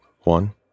one